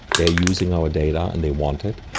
they're using our data and they want it.